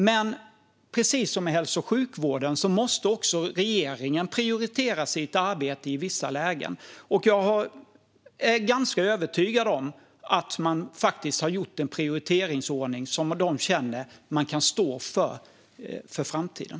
Men precis som inom hälso och sjukvården måste även regeringen prioritera sitt arbete i vissa lägen, och jag är ganska övertygad om att man har gjort en prioriteringsordning som man känner att man kan stå för i framtiden.